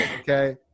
okay